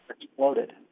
exploded